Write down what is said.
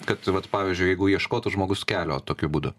kad vat pavyzdžiui jeigu ieškotų žmogus kelio tokiu būdu